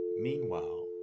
Meanwhile